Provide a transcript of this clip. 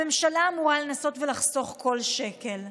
הממשלה אמורה לנסות לחסוך בכל שקל.